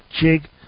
jig